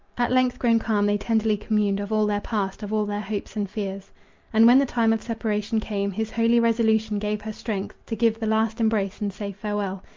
at length grown calm, they tenderly communed of all their past, of all their hopes and fears and when the time of separation came, his holy resolution gave her strength to give the last embrace and say farewell.